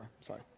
sorry